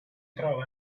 trova